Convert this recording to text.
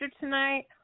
tonight